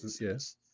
Yes